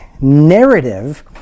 narrative